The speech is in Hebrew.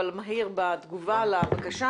אבל מהיר בתגובה על הבקשה